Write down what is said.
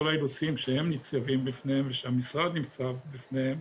האילוצים שהם ניצבים בפניהם ושהמשרד ניצב בפניהם